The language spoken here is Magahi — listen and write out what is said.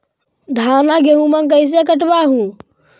धाना, गेहुमा कैसे कटबा हू?